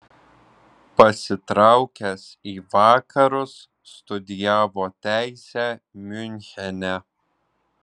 pasitraukęs į vakarus studijavo teisę miunchene